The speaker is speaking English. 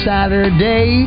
Saturday